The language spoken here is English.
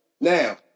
Now